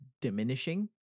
diminishing